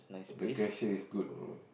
the cashier is good bro